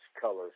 colors